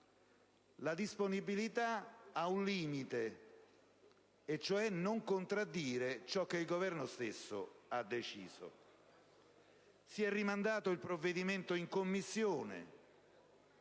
La disponibilità ha un limite, cioè non si può contraddire ciò che il Governo ha deciso. Si è rinviato il provvedimento in Commissione;